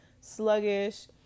sluggish